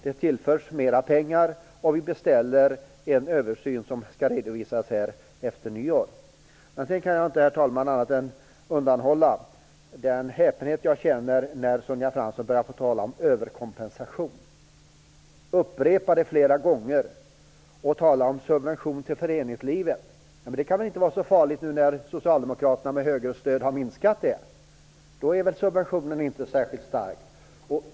Det tillförs mera pengar, och vi beställer en översyn som skall redovisas efter nyår. Herr talman! Sedan kan jag inte undanhålla den häpenhet jag känner när Sonja Fransson börjar tala om överkompensation. Hon upprepar det flera gånger och talar om subventioner till föreningslivet. Det kan väl inte vara så farligt nu när socialdemokraterna med högerstöd har minskat det. Då är väl subventionen inte särskild stark.